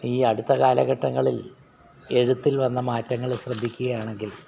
ഈ അടുത്ത കാലഘട്ടങ്ങളിൽ എഴുത്തിൽ വന്ന മാറ്റങ്ങൾ ശ്രദ്ധിക്കുകയാണെങ്കിൽ